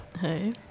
Hey